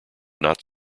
not